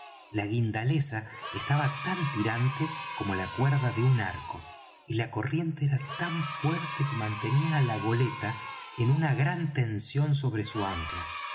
la guindaleza estaba tan tirante como la cuerda de un arco y la corriente era tan fuerte que mantenía á la goleta en una gran tensión sobre su ancla